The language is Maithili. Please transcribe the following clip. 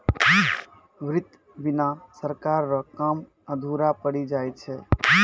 वित्त बिना सरकार रो काम अधुरा पड़ी जाय छै